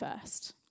first